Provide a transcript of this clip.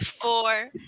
four